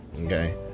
Okay